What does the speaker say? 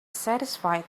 satisfied